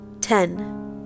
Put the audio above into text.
ten